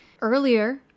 Earlier